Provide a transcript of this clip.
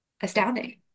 astounding